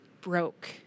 broke